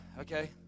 okay